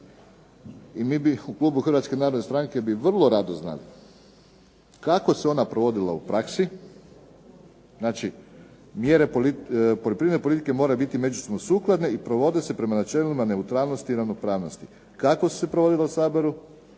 i mi u klubu Hrvatske narodne stranke bi vrlo rado znali kako se ona provodila u praksi, znači, mjere poljoprivredne politike moraju biti međusobno sukladno i provode se prema načelima ravnopravnosti i neutralnosti. Kako su se provodile u Saboru,